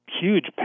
huge